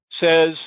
says –